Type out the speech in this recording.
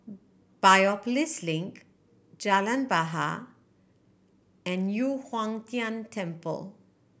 Biopolis Link Jalan Bahar and Yu Huang Tian Temple